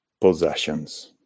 possessions